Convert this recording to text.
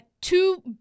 two